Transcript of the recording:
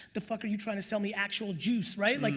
the fuck are you trying to sell me actual juice, right? like